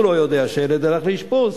הוא לא יודע שהילד הלך לאשפוז,